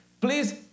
Please